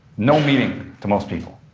no meaning to most people.